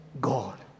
God